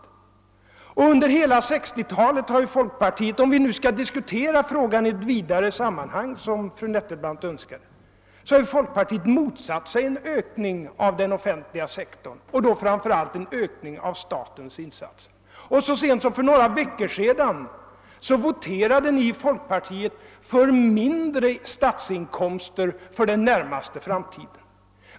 Under hela 1960-talet har folkpartiet — om vi nu skall diskutera frågan i ett vidare sammanhang, som fru Nettelbrandt önskade — motsatt sig en ökning av den offentliga sektorn, framför allt en ökning av statens inkomster. Så sent som för några veckor sedan voterade ni i folkpartiet för lägre statsinkomster för den närmaste framtiden.